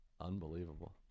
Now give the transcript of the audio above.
Unbelievable